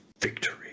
victory